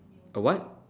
a what